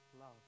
love